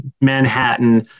Manhattan